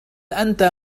أنت